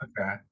okay